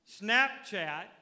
Snapchat